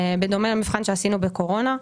בדומה למבחן שעשינו בקורונה.